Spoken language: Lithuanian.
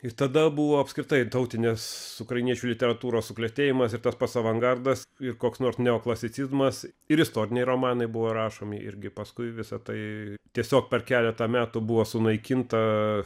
ir tada buvo apskritai tautinės ukrainiečių literatūros suklestėjimas ir tas pats avangardas ir koks nors neoklasicizmas ir istoriniai romanai buvo rašomi irgi paskui visa tai tiesiog per keletą metų buvo sunaikinta